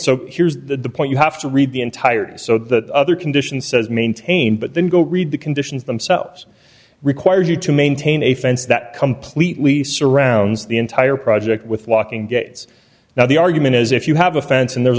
so here's the point you have to read the entire thing so that other condition says maintain but then go read the conditions themselves require you to maintain a fence that completely surrounds the entire project with locking gates now the argument is if you have a fence and there's